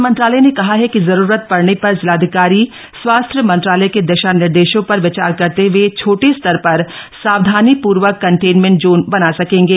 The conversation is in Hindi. गृह मंत्रालय ने कहा है कि जरूरत पड़ने पर जिलाधिकारी स्वास्थ्य मंत्रालय के दिशा निर्देशों पर विचार करते हए छोटे स्तर पर सावधानीपूर्वक कंटेनमेंट जोन बना सकेंगे